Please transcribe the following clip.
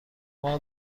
اما